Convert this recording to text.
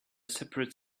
separate